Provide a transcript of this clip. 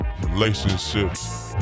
relationships